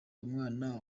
umwana